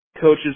Coaches